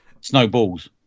Snowballs